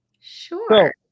sure